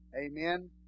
Amen